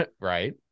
Right